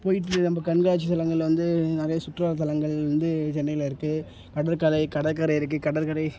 போய்ட்டு நம்ப கண்காட்சித்தலங்களில் வந்து நிறைய சுற்றுலாத்தலங்கள் வந்து சென்னையில் இருக்குது கடற்கரை கடற்கரை இருக்குது கடற்கரை